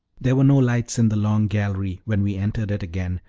there were no lights in the long gallery when we entered it again,